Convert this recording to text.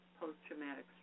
post-traumatic